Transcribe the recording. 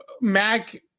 Mac